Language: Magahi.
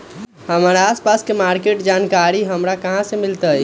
हमर आसपास के मार्किट के जानकारी हमरा कहाँ से मिताई?